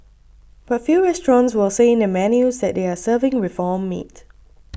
but few restaurants will say in their menus that they are serving reformed meat